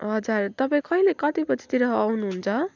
हजुर तपाईँ कहिले कति बजीतिर आउनुहुन्छ